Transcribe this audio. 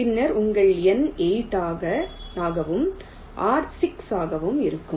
பின்னர் உங்கள் N 8 ஆகவும் R 6 ஆகவும் இருக்கும்